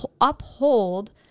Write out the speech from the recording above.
uphold